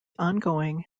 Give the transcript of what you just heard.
ongoing